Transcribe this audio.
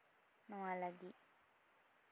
ᱱᱚᱣᱟ ᱞᱟᱹᱜᱤᱫ